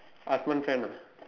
Asman friend ah